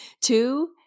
two